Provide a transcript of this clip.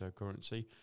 cryptocurrency